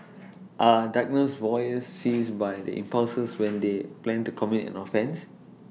are diagnosed voyeurs seized by their impulses when they plan to commit an offence